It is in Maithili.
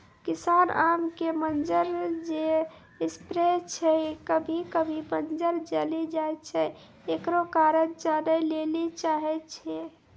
किसान आम के मंजर जे स्प्रे छैय कभी कभी मंजर जली जाय छैय, एकरो कारण जाने ली चाहेय छैय?